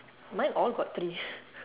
mine all got three